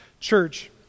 Church